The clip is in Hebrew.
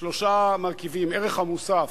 יש שלושה מרכיבים: הערך המוסף,